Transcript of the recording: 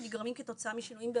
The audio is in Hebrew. שנגרמים כתוצאה משינויים,